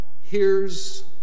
hears